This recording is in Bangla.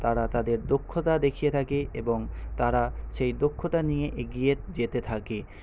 তারা তাদের দক্ষতা দেখিয়ে থাকে এবং তারা সেই দক্ষতা নিয়ে এগিয়ে যেতে থাকে